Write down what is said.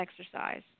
exercise